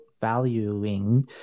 valuing